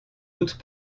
outre